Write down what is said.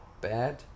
bad